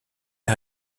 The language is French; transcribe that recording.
les